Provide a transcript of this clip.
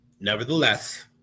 Nevertheless